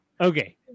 okay